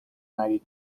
ninety